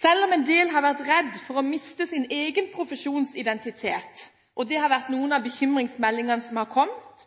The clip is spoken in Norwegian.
Selv om en del har vært redd for å miste sin egen profesjonsidentitet – det har vært noen av bekymringsmeldingene som har kommet